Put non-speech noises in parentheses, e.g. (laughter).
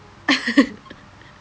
(laughs)